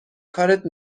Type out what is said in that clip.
کارت